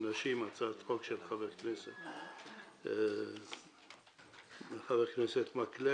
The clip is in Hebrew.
טוב, חברים, בוקר טוב לכולם, אנחנו בשידור חי.